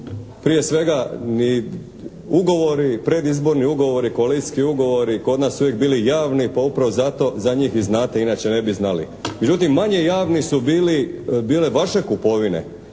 Prije svega ni ugovori, predizborni ugovori, koalicijski ugovori kod nas su uvijek bili javni pa upravo za to za njih i znate, inače ne bi znali. Međutim manje javni su bili, bile vaše kupovine.